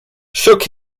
shook